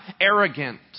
arrogant